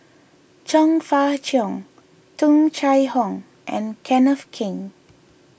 Chong Fah Cheong Tung Chye Hong and Kenneth Keng